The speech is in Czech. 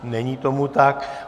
Není tomu tak.